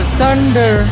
thunder